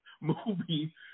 movie